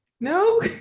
No